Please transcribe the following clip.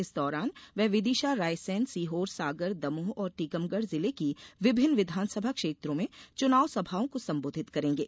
इस दौरान वे विदिशा रायसेन सीहोर सागर दमोह और टीकमगढ़ जिले की विभिन्न विधानसभा क्षेत्रों में चुनाव सभाओं को संबोधित करेंगे